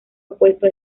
opuesto